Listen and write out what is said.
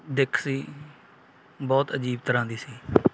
ਦਿੱਖ ਸੀ ਬਹੁਤ ਅਜੀਬ ਤਰ੍ਹਾਂ ਦੀ ਸੀ